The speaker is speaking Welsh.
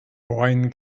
owain